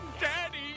Daddy